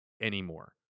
anymore